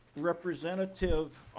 representative